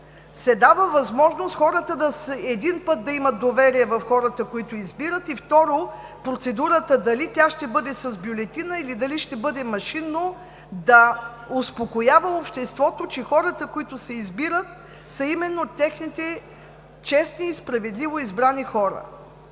се дава възможност, един път, да имат доверие в хората, които избират и, второ, процедурата дали ще бъде с бюлетина или машинно, да успокоява обществото, че хората, които се избират, са именно техните честни и справедливо избрани от